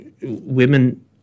women